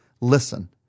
listen